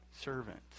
servant